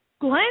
Glenn